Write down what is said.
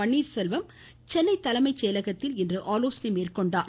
பன்னீர்செல்வம் சென்னை தலைமைச் செயலகத்தில் இன்று ஆலோசனை மேற்கொண்டார்